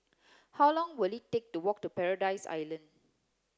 how long will it take to walk to Paradise Island